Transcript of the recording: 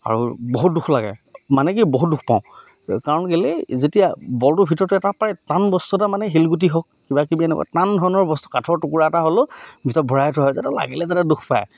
আৰু বহুত দুখ লাগে মানে কি বহুত দুখ পাওঁ কাৰণ কেইলৈ যেতিয়া বলটোৰ ভিতৰতো এটা প্ৰায় টান বস্তু এটা মানে শিলগুটি হওক কিবাকিবি এনেকুৱা টান ধৰণৰ বস্তু কাঠৰ টুকুৰা এটা হ'লেও ভিতৰত ভৰাই থোৱা হয় যেতিয়া লাগিলে যেতিয়া দুখ পায়